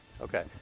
Okay